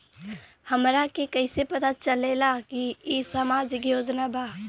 हमरा के कइसे पता चलेगा की इ सामाजिक योजना बा?